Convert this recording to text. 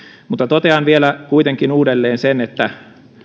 mutta totean vielä kuitenkin uudelleen sen että